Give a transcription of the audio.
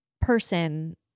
person